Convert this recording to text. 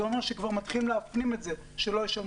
הם ינקטו צעדים קשים נגד חברות שלנו